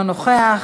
אינו נוכח,